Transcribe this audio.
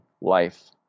life